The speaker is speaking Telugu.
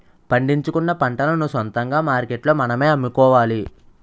పండించుకున్న పంటలను సొంతంగా మార్కెట్లో మనమే అమ్ముకోవాలి